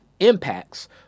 impacts